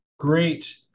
Great